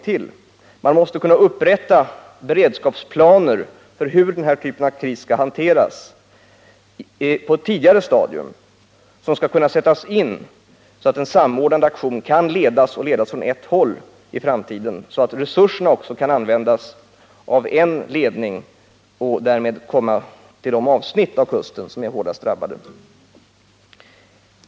Man måste på ett tidigare stadium kunna upprätta beredskapsplaner för hur den här typen av kris skall hanteras. Aktionerna skall i framtiden kunna sättas in så att en samordnad aktion kan ledas och ledas från ett håll. Resurserna skall kunna användas av en ledning och därmed kunna användas på de avsnitt av kusten som drabbats hårdast.